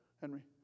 Henry